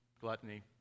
gluttony